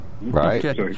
Right